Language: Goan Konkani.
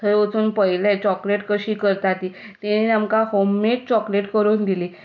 थंय वचून पळयलें चॉकलेट कशी करता ती तांणी आमकां होममेड चॉकलेट करून दिली